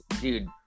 dude